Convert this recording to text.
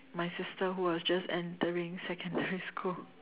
my sister who was just entering secondary school